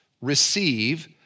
receive